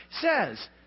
says